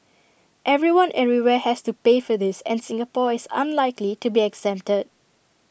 everyone everywhere has to pay for this and Singapore is unlikely to be exempted